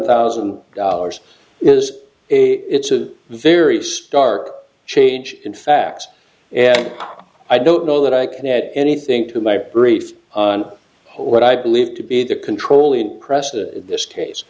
thousand dollars is it's a very stark change in facts and i don't know that i can add anything to my brief on what i believe to be the control in this case